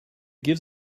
gives